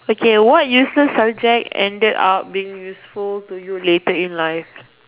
okay what useless subject ended up being useful to you later in life